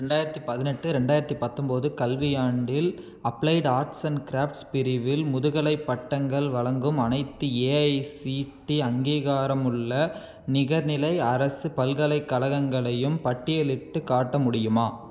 ரெண்டாயிரத்து பதினெட்டு ரெண்டாயிரத்து பத்தொம்பது கல்வியாண்டில் அப்ளைடு ஆர்ட்ஸ் அண்ட் கிராஃப்ட்ஸ் பிரிவில் முதுகலைப் பட்டங்கள் வழங்கும் அனைத்து ஏஐசிடி அங்கீகாரமுள்ள நிகர்நிலை அரசு பல்கலைக்கலகங்களையும் பட்டியலிட்டுக் காட்ட முடியுமா